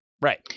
right